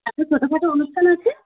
একটা ছোটখাটো অনুষ্ঠান আছে